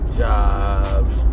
jobs